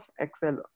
Excel